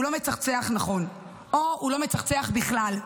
הוא לא מצחצח נכון או הוא לא מצחצח בכלל,